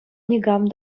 никам